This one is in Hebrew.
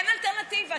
תן אלטרנטיבה,